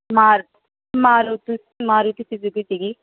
ਮਾਰ ਮਾਰੂਤੀ ਮਾਰੂਤੀ ਸਜ਼ੂਕੀ ਸੀਗੀ